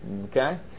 Okay